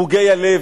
מוגי הלב.